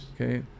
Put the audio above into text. Okay